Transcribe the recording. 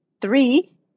three